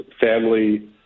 family